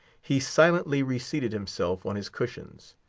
he silently reseated himself on his cushions.